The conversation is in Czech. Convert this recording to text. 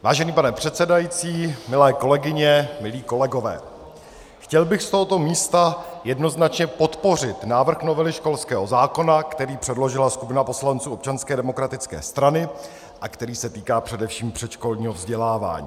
Vážený pane předsedající, milé kolegyně, milí kolegové, chtěl bych z tohoto místa jednoznačně podpořit návrh novely školského zákona, který předložila skupina poslanců ODS a který se týká především předškolního vzdělávání.